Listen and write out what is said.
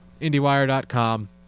IndieWire.com